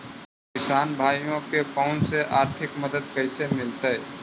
किसान भाइयोके कोन से आर्थिक मदत कैसे मीलतय?